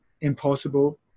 Impossible